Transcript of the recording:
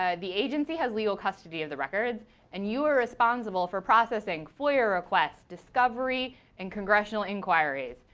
ah the agency has legal custody of the records and you are responsible for processing foia requests, discovery and congressional inquiries.